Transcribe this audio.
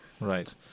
Right